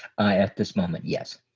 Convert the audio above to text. at this moment yes.